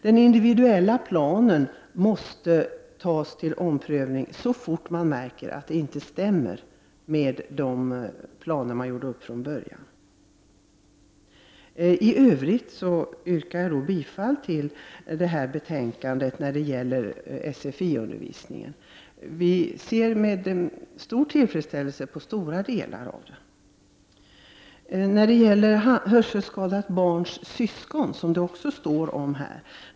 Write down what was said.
Den individuella planen för en invandrare måste tas upp till omprövning så fort det framgår att situationen inte stämmer med de planer som gjordes upp från början. I övrigt yrkar jag bifall till de punkter som gäller sfi-undervisningen. Vi ser med stor tillfredsställelse på stora delar av detta. I betänkandet behandlas även frågan om syskon till hörselskadade barn.